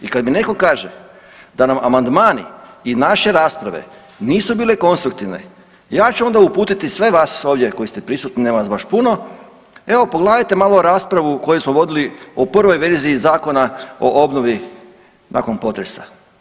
I kad mi netko kaže da nam amandmani i naše rasprave nisu bile konstruktivne ja ću onda uputiti sve vas ovdje koji ste prisutni nema vas baš puno, evo pogledajte malo raspravu koju smo vodili u prvoj verziji Zakona o obnovi nakon potresa.